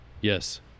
yes